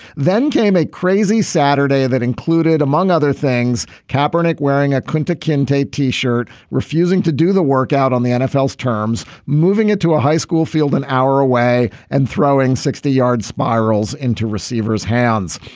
then came a crazy saturday that included among other things cap bernanke wearing a kunta kinte t-shirt refusing to do the work out on the nfl terms. moving it to a high school field an hour away and throwing sixty yard spirals spirals into receiver's hands.